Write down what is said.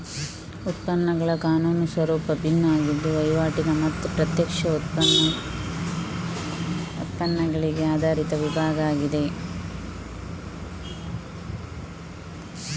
ಉತ್ಪನ್ನಗಳ ಕಾನೂನು ಸ್ವರೂಪ ಭಿನ್ನ ಆಗಿದ್ದು ವೈವಾಟಿನ ಮತ್ತೆ ಪ್ರತ್ಯಕ್ಷ ಉತ್ಪನ್ನಗಳಿಗೆ ಆಧರಿಸಿ ವಿಭಾಗ ಆಗಿದೆ